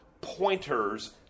pointers